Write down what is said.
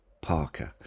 Parker